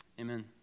Amen